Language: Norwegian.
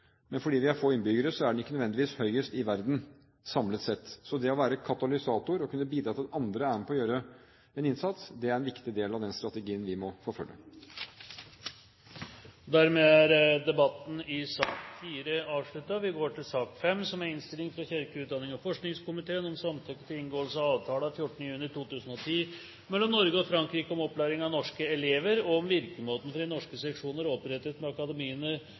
Men fordi vi er få innbyggere, er den ikke nødvendigvis høyest i verden, samlet sett. Så det å være katalysator og kunne bidra til at andre er med på å gjøre en innsats, er en viktig del av den strategien vi må forfølge. Dermed er sak nr. 4 avsluttet. Ingen har bedt om ordet. Ingen har bedt om ordet. Presidenten har grunn til å tro at representanten Bård Hoksrud ønsker ordet – det gjør representanten. Saken ble behørig og grundig debattert i Stortinget den 4. april. Det gjelder selvfølgelig implementering av